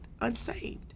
unsaved